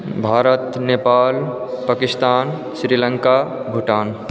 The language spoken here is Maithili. भारत नेपाल पाकिस्तान श्रीलंका भूटान